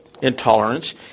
intolerance